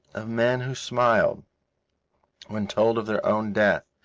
of men who smiled when told of their own death,